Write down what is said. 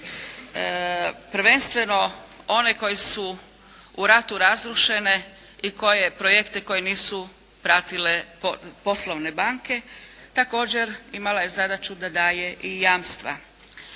prvenstveno one koji su u ratu razrušene i projekte koje nisu pratile poslovne banke, također imala je zadaću da daje i jamstva.